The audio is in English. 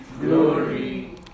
Glory